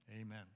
amen